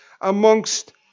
amongst